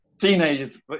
teenagers